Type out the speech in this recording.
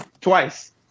Twice